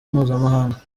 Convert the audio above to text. mpuzamahanga